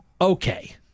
Okay